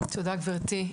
תודה גבירתי.